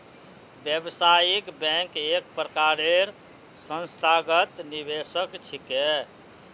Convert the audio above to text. व्यावसायिक बैंक एक प्रकारेर संस्थागत निवेशक छिके